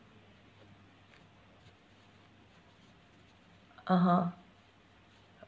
(uh huh)